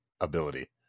ability